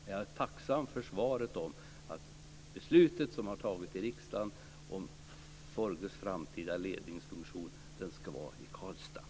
Men jag är tacksam för svaret att det beslut som har tagits i riksdagen gäller och att Forgus framtida ledningsfunktion ska vara i Karlstad.